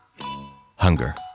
hunger